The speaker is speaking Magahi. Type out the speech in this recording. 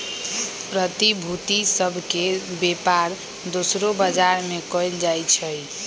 प्रतिभूति सभ के बेपार दोसरो बजार में कएल जाइ छइ